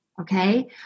Okay